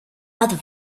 other